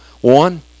One